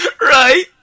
Right